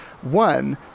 one